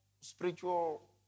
spiritual